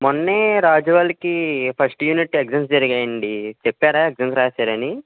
మొన్నే రాజు వాళ్ళకి first unit exams జరిగాయండి చెప్పారా ఎగ్జామ్స్ రాశారని